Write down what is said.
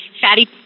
fatty